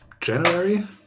January